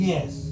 Yes